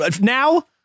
now